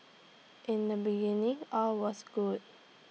in the beginning all was good